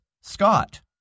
Scott